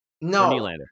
no